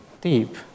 deep